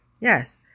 Yes